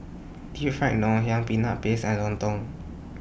Deep Fried Ngoh Hiang Peanut Paste and Lontong